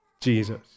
Jesus